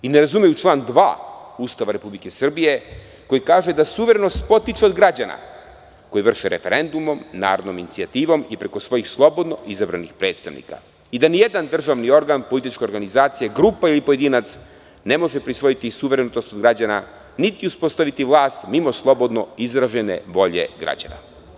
Ne razumeju član 2. Ustava Republike Srbije koji kaže da suverenost potiče od građana koji vrše referendumom, narodnom inicijativom i preko svojih slobodno izabranih predstavnika i da nijedan državni organ, politička organizacija, grupa ili pojedinac ne može prisvojiti suverenost građana, niti uspostaviti vlast mimo slobodno izražene volje građana.